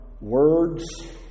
words